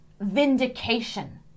vindication